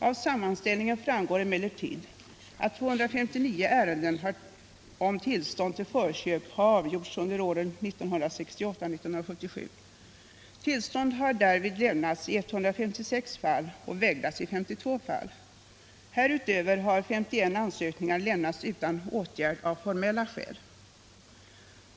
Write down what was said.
Av sammanställningen framgår emellertid att 259 ärenden om tillstånd till förköp har avgjorts under åren 1968-1977. Tillstånd har därvid lämnats i 156 fall och vägrats i 52 fall. Härutöver har 51 ansökningar lämnats utan åtgärd av formella skäl.